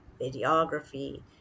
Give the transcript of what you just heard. videography